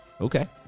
Okay